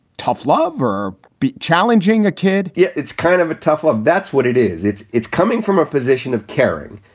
tough love or be challenging a kid yeah it's kind of a tough love. that's what it is. it's it's coming from a position of caring.